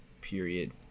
period